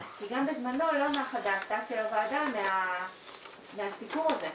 כי גם בזמנו לא נחה דעתה של הוועדה מהסיפור הזה.